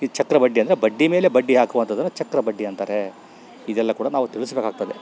ಈ ಚಕ್ರಬಡ್ಡಿ ಅಂದರೆ ಬಡ್ಡಿಮೇಲೆ ಬಡ್ಡಿ ಹಾಕುವಂಥದ್ಧನ್ನ ಚಕ್ರಬಡ್ಡಿ ಅಂತಾರೆ ಇದೆಲ್ಲ ಕೂಡ ನಾವು ತಿಳಿಸ್ಬೇಕಾಗ್ತದೆ